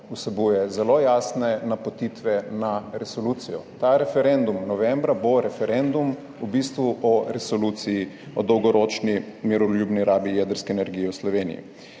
vsebuje zelo jasne napotitve na resolucijo. Ta referendum novembra bo v bistvu referendum o resoluciji, o dolgoročni miroljubni rabi jedrske energije v Sloveniji.